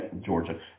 Georgia